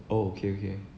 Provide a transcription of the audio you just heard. oh okay okay